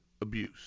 abuse